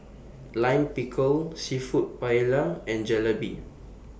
Lime Pickle Seafood Paella and Jalebi